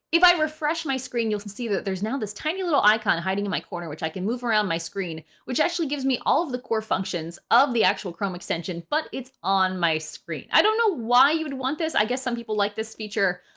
if i refresh my screen, you'll see that there's now this tiny little icon hiding in my corner, which i can move around my screen, which actually gives me all of the core functions of the actual chrome extension, but it's on my screen. i don't know why you would want this. i guess some people like this feature,